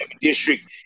District